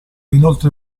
inoltre